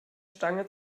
stange